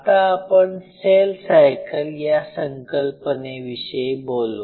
आता आपण cell cycle या संकल्पनेविषयी बोलू